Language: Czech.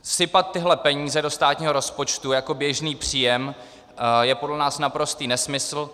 Sypat tyhle peníze do státního rozpočtu jako běžný příjem je podle nás naprostý nesmysl.